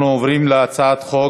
אנחנו עוברים להצעת חוק